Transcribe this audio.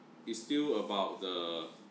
it's still about the